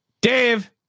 Dave